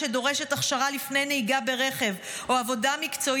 שדורשת הכשרה לפני נהיגה ברכב או עבודה מקצועית,